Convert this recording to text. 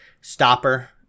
stopper